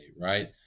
right